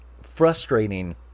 frustrating